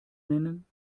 nennen